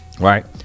Right